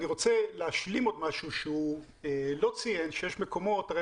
אני רוצה להשלים עוד משהו שהוא לא ציין תראה,